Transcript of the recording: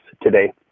today